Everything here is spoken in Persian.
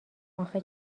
آخه